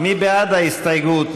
מי בעד ההסתייגות?